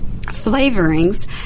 flavorings